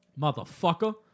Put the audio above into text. Motherfucker